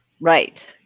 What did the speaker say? Right